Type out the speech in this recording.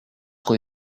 kui